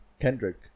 Kendrick